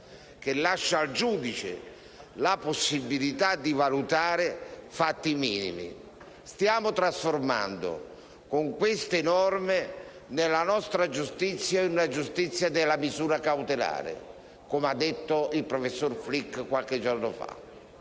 che lascia al giudice la possibilità di valutare fatti minimi. Stiamo trasformando, con queste norme, la nostra giustizia in una giustizia della misura cautelare, come ha detto il professor Flick qualche giorno fa: